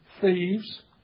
thieves